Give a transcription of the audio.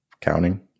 counting